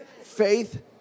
Faith